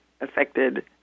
affected